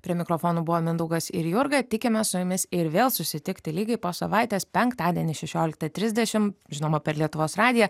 prie mikrofono buvo mindaugas ir jurga tikimės su jumis ir vėl susitikti lygiai po savaitės penktadienį šešioliktą trisdešim žinoma per lietuvos radiją